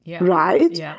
Right